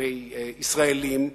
כלפי ישראלים,